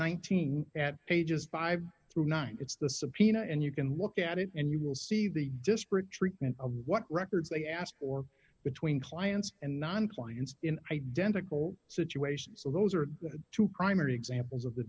nineteen at pages five through nine it's the subpoena and you can look at it and you will see the disparate treatment of what records they ask for between clients and non clients in identical situations so those are the two primary examples of the